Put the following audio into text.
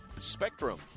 Spectrum